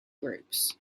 groups